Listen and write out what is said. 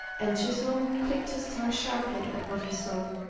and chisholm clicked his tongue sharply at what he saw.